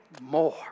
more